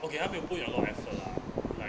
okay 他没有 put in a lot of effort lah like